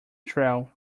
trail